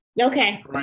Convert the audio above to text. Okay